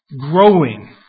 growing